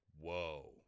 whoa